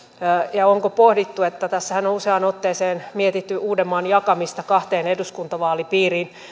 ja onko pohdittu että tässähän on useaan otteeseen mietitty uudenmaan jakamista kahteen eduskuntavaalipiiriin